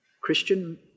Christian